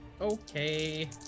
okay